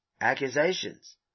accusations